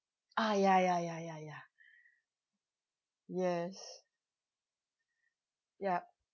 ah ya ya ya ya ya yes yup